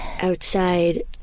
Outside